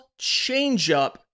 changeup